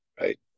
right